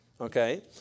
Okay